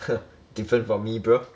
different from me bro